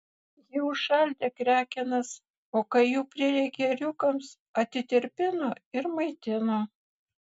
ji užšaldė krekenas o kai jų prireikė ėriukams atitirpino ir maitino